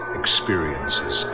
experiences